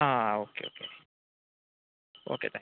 ആ ആ okay okay okay thanks